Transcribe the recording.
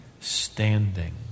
standing